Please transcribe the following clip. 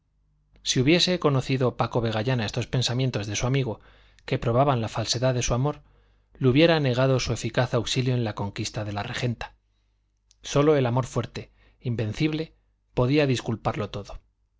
si hubiese conocido paco vegallana estos pensamientos de su amigo que probaban la falsedad de su amor le hubiera negado su eficaz auxilio en la conquista de la regenta sólo el amor fuerte invencible podía disculparlo todo